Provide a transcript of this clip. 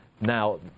Now